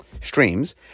streams